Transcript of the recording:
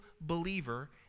believer